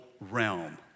realm